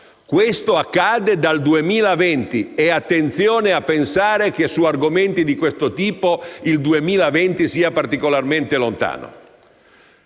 Ciò accade dal 2020 e attenzione a pensare che su argomenti di questo tipo il 2020 sia particolarmente lontano.